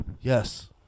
Yes